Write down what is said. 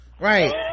Right